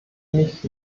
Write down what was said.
mich